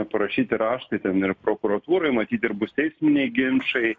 parašyti raštai ten ir prokuratūrai matyt ir bus teisminiai ginčai